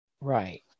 Right